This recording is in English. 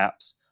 apps